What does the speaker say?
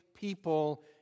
people